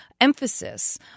emphasis